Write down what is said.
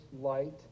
light